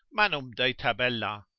manum de tabella,